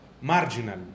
marginal